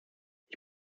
ich